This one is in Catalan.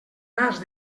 nas